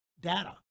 data